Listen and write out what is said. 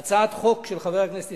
כמה שאתה חושב,